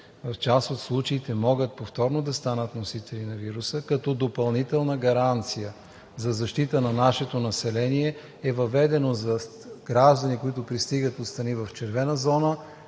в част от случаите могат повторно да станат носители на вируса, като допълнителна гаранция за защита на нашето население е въведено за граждани, които пристигат от страни в червената зона,